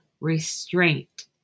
restraint